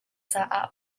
caah